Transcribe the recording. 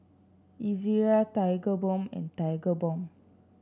Ezerra Tigerbalm and Tigerbalm